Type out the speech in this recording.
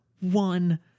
one